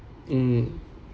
mm